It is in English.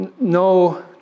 no